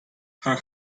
her